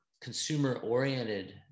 consumer-oriented